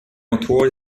motor